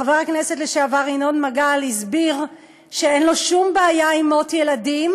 חבר הכנסת לשעבר ינון מגל הסביר שאין לו שום בעיה עם מות ילדים,